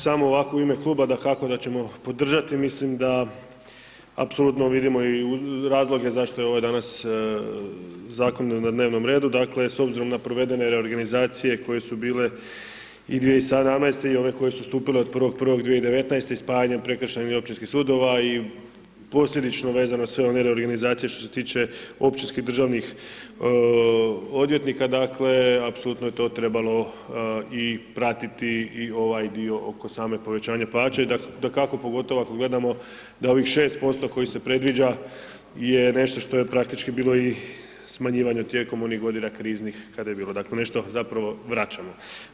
Samo ovako, u ime kluba, dakako da ćemo podržati, mislim da apsolutno vidimo i razloge zašto je ovo danas zakon na dnevnom redu, dakle, s obzirom na provede reorganizacije koje su bile i 2017. i ove koje su stupile od 01.01.2019. i spajanjem prekršajnih i općinskih sudova i posljedično vezano sve one reorganizacije što se tiče općinskih državnih odvjetnika, dakle, apsolutno je to trebalo i pratiti i ovaj dio oko same povećanja plaće i dakako, pogotovo ako gledamo, da ovih 6% kojih se predviđa je nešto što je praktički bilo i smanjivanje tijekom onih godina kriznih, kada je bilo, dakle, nešto zapravo vraćamo.